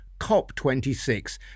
COP26